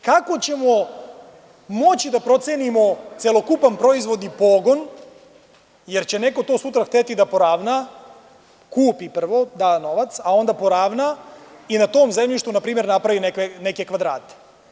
Kako ćemo moći da procenimo celokupan proizvod i pogon, jer će neko to sutra hteti da poravna, kupi prvo, da novac, a onda poravna i na tom zemljištu npr. napravi neke kvadrate?